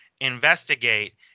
investigate